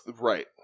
Right